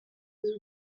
des